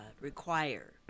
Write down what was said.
require